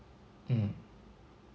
mm